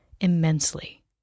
immensely